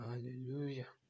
Hallelujah